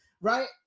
right